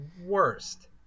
worst